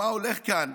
מה הולך כאן.